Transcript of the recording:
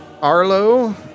Arlo